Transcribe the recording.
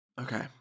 Okay